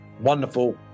wonderful